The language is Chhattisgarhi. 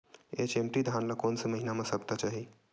एच.एम.टी धान ल कोन से महिना म सप्ता चाही?